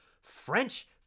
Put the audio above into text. French